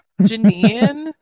Janine